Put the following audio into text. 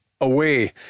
away